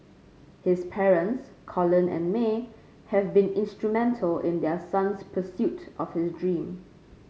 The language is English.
his parents Colin and May have been instrumental in their son's pursuit of his dream